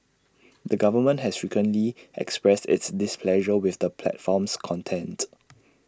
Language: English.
the government has frequently expressed its displeasure with the platform's content